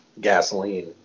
gasoline